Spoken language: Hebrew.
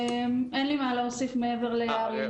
אין לי מה להוסיף מעבר לאריה.